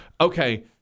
Okay